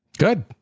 Good